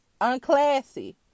Unclassy